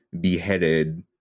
beheaded